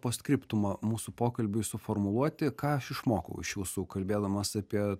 post scriptumą mūsų pokalbiui suformuluoti ką aš išmokau iš jūsų kalbėdamas apie